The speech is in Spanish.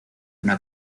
una